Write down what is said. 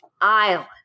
Island